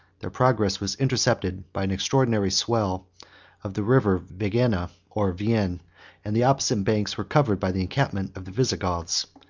their progress was intercepted by an extraordinary swell of the river vigenna or vienne and the opposite banks were covered by the encampment of the visigoths.